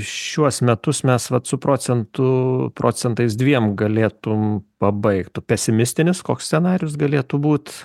šiuos metus mes vat su procentu procentais dviem galėtum pabaigt pesimistinis koks scenarijus galėtų būt